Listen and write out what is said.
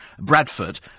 Bradford